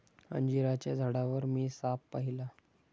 अंजिराच्या झाडावर मी साप पाहिला